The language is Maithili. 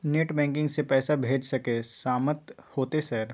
नेट बैंकिंग से पैसा भेज सके सामत होते सर?